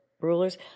rulers